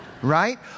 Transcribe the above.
Right